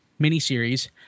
miniseries